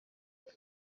kopi